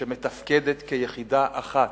שמתפקדת כיחידה אחת,